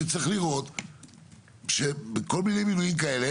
שצריכים לראות שבכל מיני מינויים כאלה,